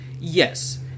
yes